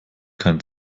keinen